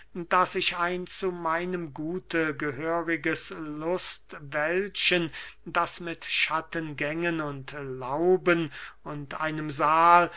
daß ich ein zu meinem gute gehöriges lustwäldchen das mit schattengängen und lauben und einem sahl